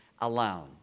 alone